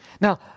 Now